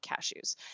cashews